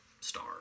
star